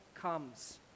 comes